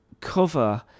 cover